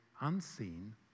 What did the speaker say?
unseen